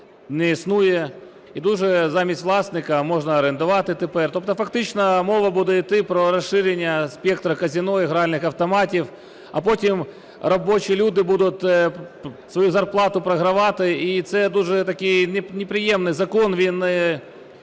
не існує, і дуже… замість власника можна орендувати тепер. Тобто фактично мова буде йти про розширення спектру казино і гральних автоматів, а потім робочі люди будуть свою зарплату програвати. І це дуже такий неприємний закон, він